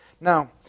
Now